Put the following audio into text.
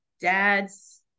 dads